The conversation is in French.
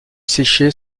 séchées